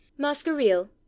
Masqueril